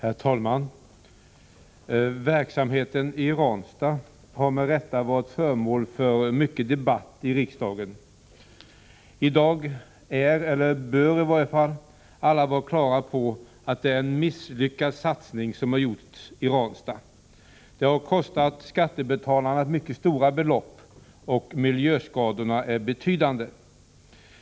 Herr talman! Verksamheten i Ranstad har med rätta varit föremål för mycken debatt i riksdagen. I dag är, eller bör i varje fall, alla vara klara över att det är en misslyckad satsning som gjorts i Ranstad. Den har kostat skattebetalarna mycket stora belopp, och miljöskadorna är betydande.